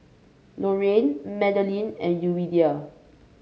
Lorayne Madalyn and Yuridia